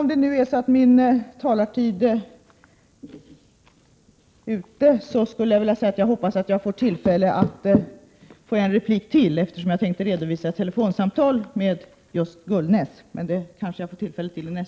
Min taletid är ute, men jag hoppas att jag får tillfälle att i nästa inlägg redovisa ett telefonsamtal med Gullnäs.